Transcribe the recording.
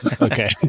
okay